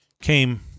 came